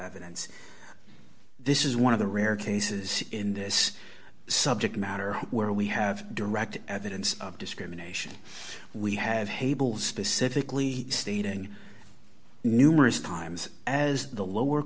evidence this is one of the rare cases in this subject matter where we have direct evidence of discrimination we have hable specifically stating numerous times as the lower